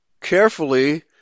carefully